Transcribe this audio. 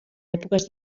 èpoques